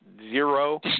zero